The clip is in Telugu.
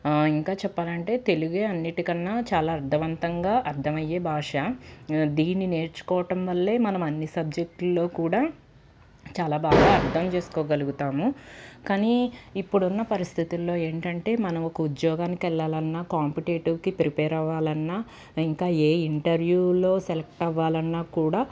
ఇంకా చెప్పాలంటే తెలుగే అన్నిటికన్నా చాలా అర్థవంతంగా అర్థమయ్యే భాష దీనిని నేర్చుకోవటం వల్లే మనం అన్ని సబ్జెక్టుల్లో కూడా చాలా బాగా అర్థం చేసుకోగలుగుతాము కానీ ఇప్పుడున్న పరిస్థితుల్లో ఏంటంటే మనము ఒక ఉద్యోగానికి వెళ్లాలన్న కాంపిటేటివ్కి ప్రిపేర్ అవ్వాలి అన్న ఇంకా ఏ ఇంటర్వ్యూలో సెలెక్ట్ అవ్వాలి అన్నా కూడా